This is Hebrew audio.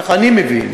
כך אני מבין,